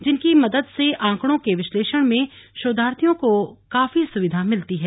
जिनकी मदद से आंकडो के विश्लेषण में शोधार्थियों को काफी सुविधा मिलती है